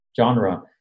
genre